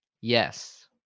Yes